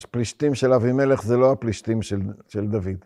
‫פלישתים של אבימלך ‫זה לא הפלישתים של דוד.